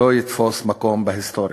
הוא לא יתפוס מקום בהיסטוריה.